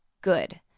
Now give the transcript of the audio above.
good